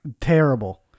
Terrible